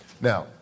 Now